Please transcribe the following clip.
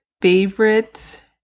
favorite